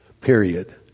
Period